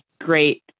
great